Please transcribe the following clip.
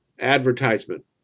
advertisement